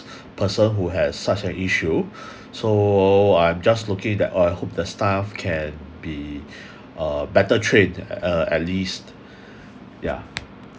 person who has such an issue so I'm just looking that I hope the staff can be uh better trained uh at least yeah